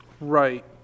Right